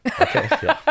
Okay